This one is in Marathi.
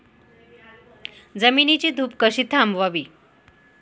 जमिनीची धूप कशी थांबवावी?